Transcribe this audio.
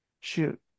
shoot